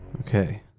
Okay